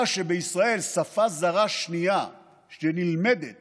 בישראל שפה זרה שנייה שנלמדת